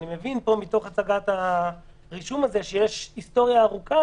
אני מבין מתוך הצגת הרישום שיש היסטוריה ארוכה